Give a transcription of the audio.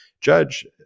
Judge